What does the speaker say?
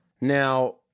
Now